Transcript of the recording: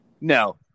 No